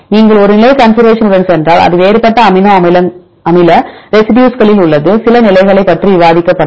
நீங்கள் ஒரு நிலை கன்சர்வேஷன் உடன் சென்றால் இது வேறுபட்ட அமினோ அமில ரெசிடியூஸ்களில் உள்ளது சில நிலைகள் பற்றி விவாதிக்கப்பட்டது